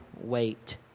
wait